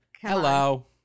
Hello